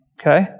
Okay